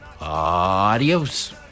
Adios